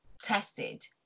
tested